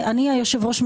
היושב ראש,